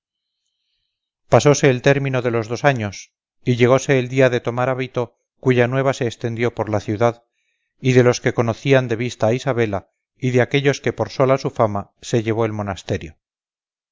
pasóse el término de los dos años y llegóse el día de tomar el hábito cuya nueva se extendió por la ciudad y de los que conocían de vista a isabela y de aquellos que por sola su fama se llevó el monasterio